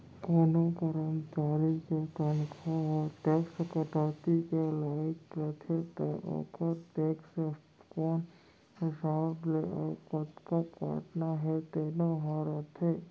कोनों करमचारी के तनखा ह टेक्स कटौती के लाइक रथे त ओकर टेक्स कोन हिसाब ले अउ कतका काटना हे तेनो ह रथे